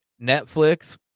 Netflix